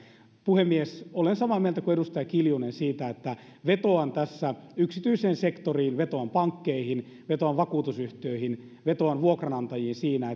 puhemies olen samaa mieltä kuin edustaja kiljunen siitä että vetoan tässä yksityiseen sektoriin vetoan pankkeihin vetoan vakuutusyhtiöihin vetoan vuokranantajiin siinä